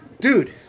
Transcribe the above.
dude